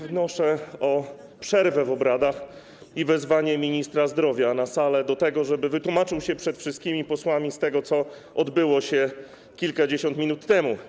Wnoszę o przerwę w obradach i wezwanie ministra zdrowia na salę, żeby wytłumaczył się przed wszystkimi posłami z tego, co odbyło się kilkadziesiąt minut temu.